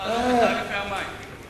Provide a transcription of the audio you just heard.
להעלות את תעריפי המים?